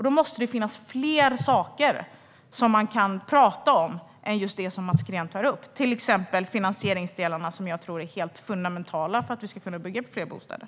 Då måste det finnas fler saker man kan prata om än det som Mats Green tar upp, till exempel finansieringsdelarna, som jag tror är helt fundamentala för att vi ska kunna bygga fler bostäder.